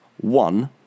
One